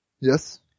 Yes